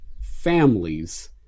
families